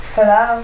Hello